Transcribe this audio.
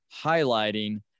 highlighting